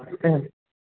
ആ